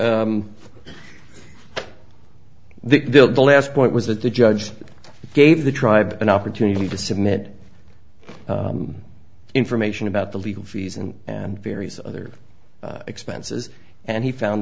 bill the last point was that the judge gave the dr an opportunity to submit information about the legal fees and and various other expenses and he found